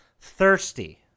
thirsty